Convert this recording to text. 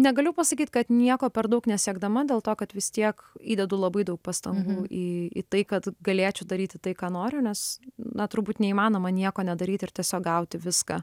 negaliu pasakyt kad nieko per daug nesiekdama dėl to kad vis tiek įdedu labai daug pastangų į į tai kad galėčiau daryti tai ką noriu nes na turbūt neįmanoma nieko nedaryt ir tiesiog gauti viską